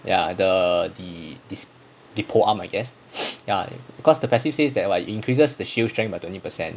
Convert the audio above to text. ya the the this the polearm I guess ya because the passive says that it increases the shield strength by twenty percent